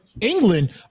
England